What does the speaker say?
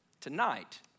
tonight